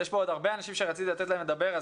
יש פה עוד הרבה אנשים שרציתי לתת להם לדבר,